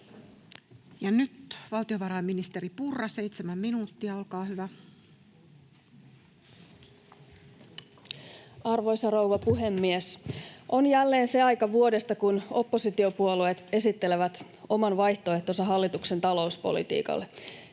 vaihtoehtobudjetista vuodelle 2024 Time: 15:10 Content: Arvoisa rouva puhemies! On jälleen se aika vuodesta, kun oppositiopuolueet esittelevät oman vaihtoehtonsa hallituksen talouspolitiikalle.